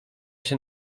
się